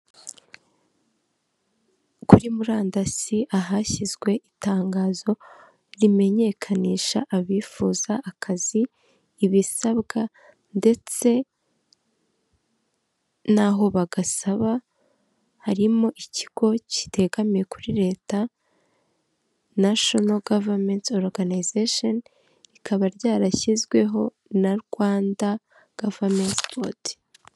Kuri murandasi ahashyizwe itangazo rimenyekanisha abifuza akazi, ibisabwa ndetse naho bagasaba harimo ikigo kitegamiye kuri leta nashono gavamenti oruganizeshen, rikaba ryarashyizweho na Rwanda gavamenti sipoti.